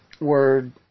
word